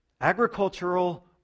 agricultural